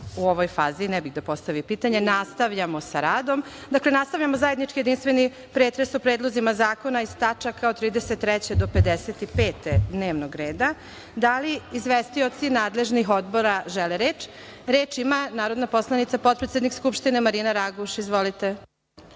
poslaničkih grupa ne javlja za reč, nastavljamo sa radom. Dakle, nastavljamo zajednički jedinstveni pretres o predlozima zakona iz tačaka od 33. do 55. dnevnog reda. Da li izvestioci nadležni odbora žele reč? Reč ima narodna poslanica potpredsednik Skupštine Marina Raguš. Izvolite.